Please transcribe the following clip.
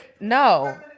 No